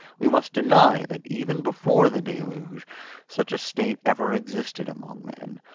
we must deny that, even before the deluge, such a state ever existed among men,